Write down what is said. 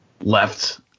left